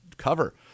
cover